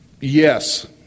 Yes